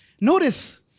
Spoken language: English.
Notice